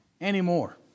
anymore